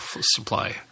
supply